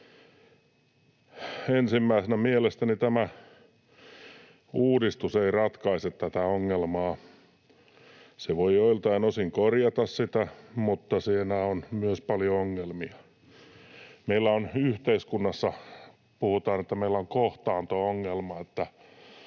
Ensimmäisenä, mielestäni tämä uudistus ei ratkaise tätä ongelmaa. Se voi joiltain osin korjata sitä, mutta siinä on myös paljon ongelmia. Meillä on yhteiskunnassa — puhutaan, että meillä on — kohtaanto-ongelma